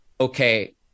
okay